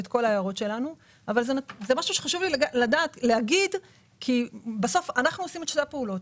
זה משהו שחשוב לי להגיד כי בסוף אנחנו עושים את שתי הפעולות.